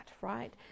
right